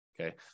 okay